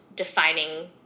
defining